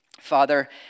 Father